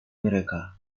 mereka